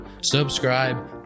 subscribe